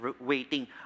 waiting